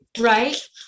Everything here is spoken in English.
Right